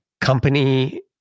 company